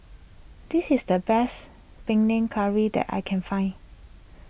this is the best Panang Curry that I can find